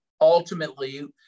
ultimately